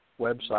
website